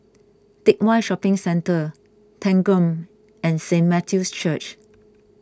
Teck Whye Shopping Centre Thanggam and Saint Matthew's Church